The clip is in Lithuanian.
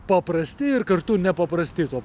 paprasti ir kartu nepaprasti tuo